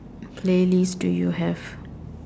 playlist do you have